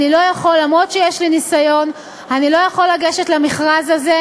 למרות שיש לי ניסיון אני לא יכול לגשת למכרז הזה,